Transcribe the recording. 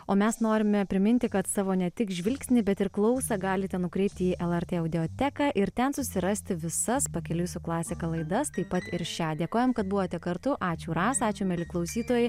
o mes norime priminti kad savo ne tik žvilgsnį bet ir klausą galite nukreipti į lrt audioteką ir ten susirasti visas pakeliui su klasika laidas taip pat ir šią dėkojam kad buvote kartu ačiū rasa ačiū mieli klausytojai